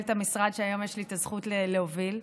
את המשרד שהיום יש לי הזכות להוביל,